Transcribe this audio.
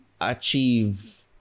achieve